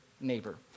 neighbor